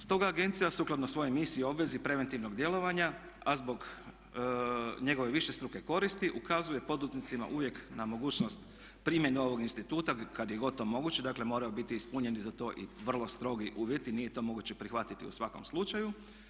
Stoga agencija sukladno svojoj misiji i obvezi preventivnog djelovanja a zbog njegove višestruke koristi ukazuje poduzetnicima uvijek na mogućnost primjene ovoga instituta kad je god to moguće, dakle moraju biti ispunjeni za to i vrlo strogi uvjeti, nije to moguće prihvatiti u svakom slučaju.